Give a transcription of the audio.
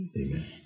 Amen